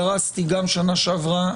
גרסתי גם שנה שעברה,